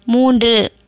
மூன்று